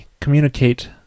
communicate